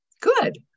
Good